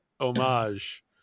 homage